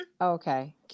okay